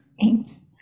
Thanks